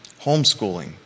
Homeschooling